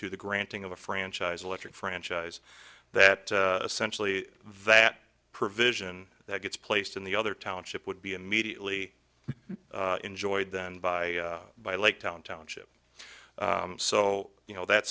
to the granting of a franchise electric franchise that essentially that provision that gets placed in the other township would be immediately enjoyed then by by late town township so you know that